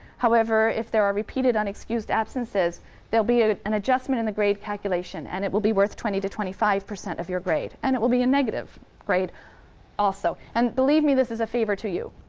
however, if there are repeated, unexcused absences, be ah an adjustment in the grade calculation, and it will be worth twenty to twenty-five percent of your grade, and it will be a negative grade also. and believe me, this is a favor to you.